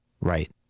right